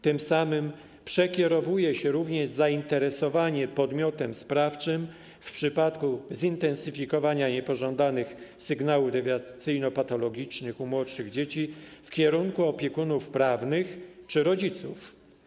Tym samym przekierowuje się również zainteresowanie podmiotem sprawczym w przypadku zintensyfikowania niepożądanych sygnałów dewiacyjno-patologicznych u młodszych dzieci w kierunku opiekunów prawnych czy rodziców.